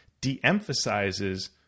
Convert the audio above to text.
de-emphasizes